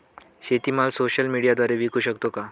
शेतीमाल सोशल मीडियाद्वारे विकू शकतो का?